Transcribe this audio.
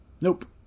Nope